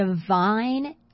divine